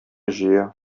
җыя